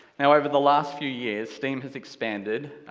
now over the last few years, steam has expanded,